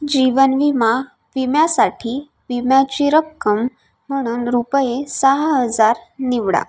जीवन विमा विम्यासाठी विम्याची रक्कम म्हणून रुपये सहा हजार निवडा